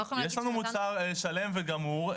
יש לנו מוצר שלם וגמור,